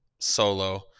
solo